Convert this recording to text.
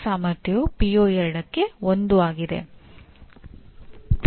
ಭಾಗ 1 ಸಾಂಸ್ಥಿಕ ಮತ್ತು ವಿಭಾಗೀಯ ಮಾಹಿತಿಯನ್ನು ಬಯಸುತ್ತದೆ